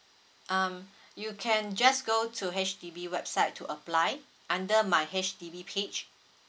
um you can just go to H_D_B website to apply under my H_D_B page